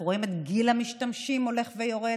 אנחנו רואים את גיל המשתמשים הולך ויורד.